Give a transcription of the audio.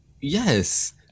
Yes